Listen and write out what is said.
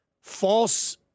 false